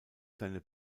seine